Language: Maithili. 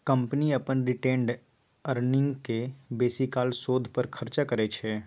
कंपनी अपन रिटेंड अर्निंग केँ बेसीकाल शोध पर खरचा करय छै